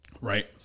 Right